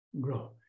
grow